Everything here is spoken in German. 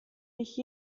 mich